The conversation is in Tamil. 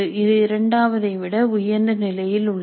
இது இரண்டாவதை விட உயர்ந்த நிலையில் உள்ளது